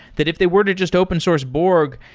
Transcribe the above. that if they were to just open source borg,